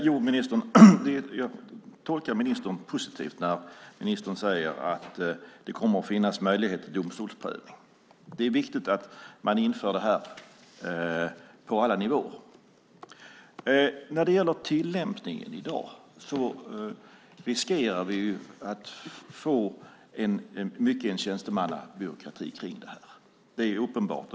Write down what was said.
Herr talman! Jag tolkar ministern positivt när han säger att det kommer att finnas möjlighet till domstolsprövning. Det är viktigt att man inför det här på alla nivåer. När det gäller tillämpningen i dag riskerar vi att få en tjänstemannabyråkrati kring detta. Det är uppenbart.